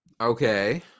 Okay